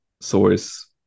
source